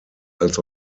als